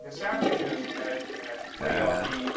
this afternoon at at three zero, i'll be